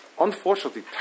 unfortunately